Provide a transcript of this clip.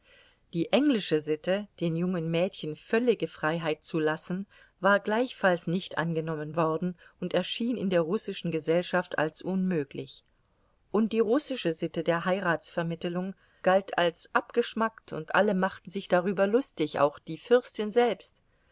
die englische sitte den jungen mädchen völlige freiheit zu lassen war gleichfalls nicht angenommen worden und erschien in der russischen gesellschaft als unmöglich und die russische sitte der heiratsvermittelung galt als abgeschmackt und alle machten sich darüber lustig auch die fürstin selbst